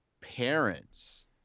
parents